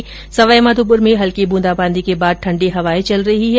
वहीं सवाईमाधोपुर में हल्की ब्रंदीबांदी के बाद ठण्डी हवाएं चल रही हैं